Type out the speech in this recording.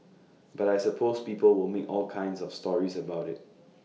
but I suppose people will make all kinds of stories about IT